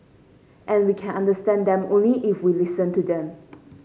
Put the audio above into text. and we can understand them only if we listen to them